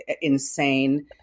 insane